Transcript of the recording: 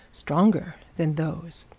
stronger than those.